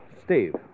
Steve